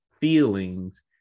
feelings